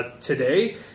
Today